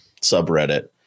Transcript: subreddit